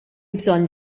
bżonn